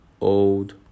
Old